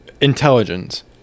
intelligence